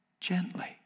gently